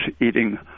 eating